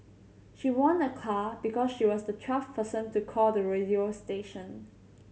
she won a car because she was the twelfth person to call the radio station